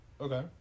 Okay